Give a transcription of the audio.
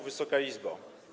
Wysoka Izbo!